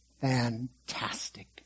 fantastic